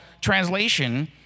translation